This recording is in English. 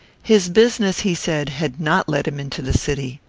his business, he said, had not led him into the city.